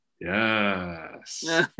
Yes